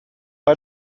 bei